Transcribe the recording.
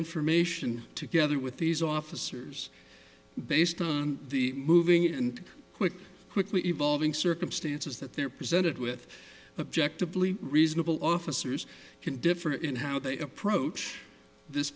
information together with these officers based on the moving and quick quickly evolving circumstances that they're presented with objective leave reasonable officers can differ in how they approach this